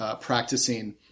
practicing